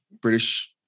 British